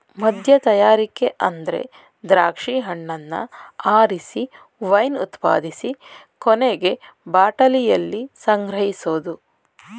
ಮದ್ಯತಯಾರಿಕೆ ಅಂದ್ರೆ ದ್ರಾಕ್ಷಿ ಹಣ್ಣನ್ನ ಆರಿಸಿ ವೈನ್ ಉತ್ಪಾದಿಸಿ ಕೊನೆಗೆ ಬಾಟಲಿಯಲ್ಲಿ ಸಂಗ್ರಹಿಸೋದು